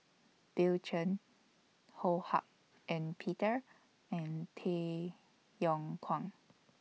Bill Chen Ho Hak Ean Peter and Tay Yong Kwang